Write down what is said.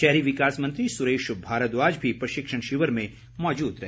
शहरी विकास मंत्री सुरेश भारद्वाज भी प्रशिक्षण शिविर में मौजूद रहे